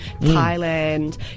Thailand